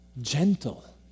gentle